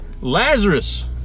Lazarus